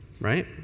Right